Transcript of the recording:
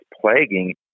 plaguing